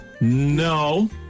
No